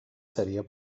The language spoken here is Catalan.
seria